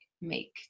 make